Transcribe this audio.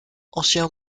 ancien